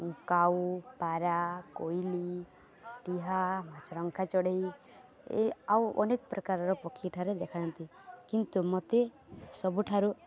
କାଉ ପାରା କୋଇଲି ଟିହା ମାଛରଙ୍କା ଚଢ଼େଇ ଏ ଆଉ ଅନେକ ପ୍ରକାରର ପକ୍ଷୀଠାରେ ଦେଖାଯାନ୍ତି କିନ୍ତୁ ମୋତେ ସବୁଠାରୁ